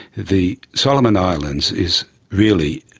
the solomon islands is really,